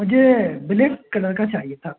مجھے black colour کا چاہیے تھا